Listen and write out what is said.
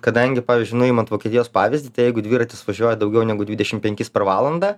kadangi pavyzdžiui nu imant vokietijos pavyzdį jeigu dviratis važiuoja daugiau negu dvidešim penkis per valandą